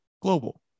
global